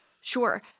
Sure